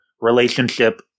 relationship